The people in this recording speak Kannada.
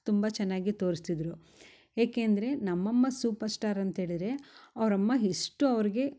ತುಂಬ ಚೆನ್ನಾಗಿ ತೋರಸ್ತಿದ್ದರು ಏಕೆಂದರೆ ನಮ್ಮಮ್ಮ ಸೂಪರ್ ಸ್ಟಾರ್ ಅಂತೇಳಿದರೆ ಅವರಮ್ಮ ಎಷ್ಟು ಅವ್ರ್ಗೆ